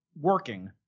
working